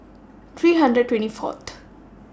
three hundred and twenty Fourth